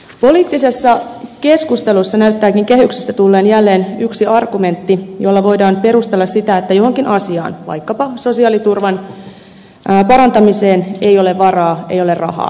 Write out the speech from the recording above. poliittisessa keskustelussa näyttääkin kehyksestä tulleen jälleen yksi argumentti jolla voidaan perustella sitä että johonkin asiaan vaikkapa sosiaaliturvan parantamiseen ei ole varaa ei ole rahaa